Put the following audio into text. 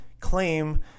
claim